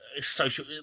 Social